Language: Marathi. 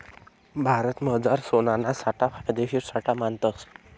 भारतमझार सोनाना साठा फायदेशीर साठा मानतस